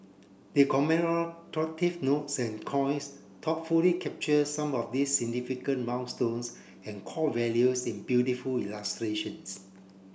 the notes and coins coins thoughtfully capture some of these significant milestones and core values in beautiful illustrations